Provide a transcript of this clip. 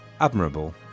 admirable